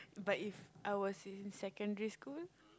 but If I was in secondary school